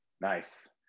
Nice